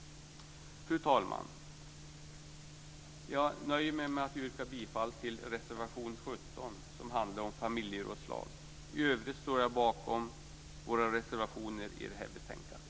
Fru talman! Jag nöjer mig med att yrka bifall till reservation 17 som handlar om familjerådslag. I övrigt står jag bakom våra reservationer i betänkandet.